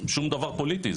שום דבר פוליטי,